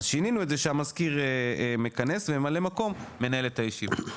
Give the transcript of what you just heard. אז שינינו את זה שהמזכיר מכנס וממלא מקום מנהל את הישיבה.